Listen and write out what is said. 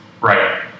Right